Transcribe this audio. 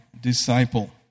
disciple